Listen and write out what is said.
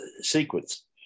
sequence